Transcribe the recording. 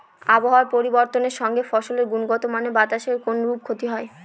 আবহাওয়ার পরিবর্তনের সঙ্গে ফসলের গুণগতমানের বাতাসের কোনরূপ ক্ষতি হয়?